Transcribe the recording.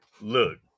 look